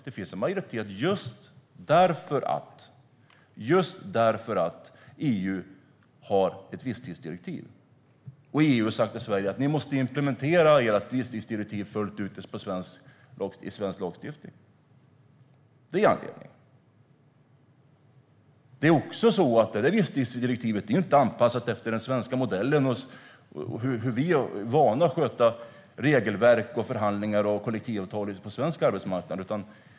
Det finns en majoritet just därför att EU har ett visstidsdirektiv och har sagt till Sverige att vi måste implementera vårt visstidsdirektiv fullt ut i svensk lagstiftning. Det är anledningen. Det är också så att visstidsdirektivet inte är anpassat efter den svenska modellen eller efter hur vi är vana att sköta regelverk, förhandlingar och kollektivavtal på svensk arbetsmarknad.